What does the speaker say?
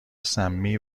سمی